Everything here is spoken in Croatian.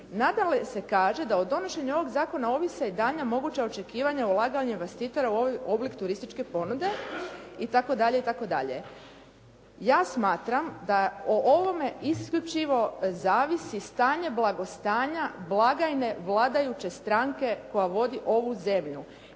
Nadalje se kaže da o donošenju ovog zakona ovise i daljnja moguća očekivanja ulaganja investitora u oblik turističke ponude itd. itd. Ja smatram da o ovome isključivo zavisi stanje blagostanja blagajne vladajuće stranke koja vodi ovu zemlju.